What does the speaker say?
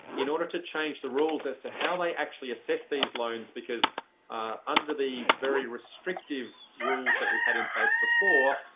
in order to change the rules as to how they actually assess these loans because under the very restrictive rules that we had in place before,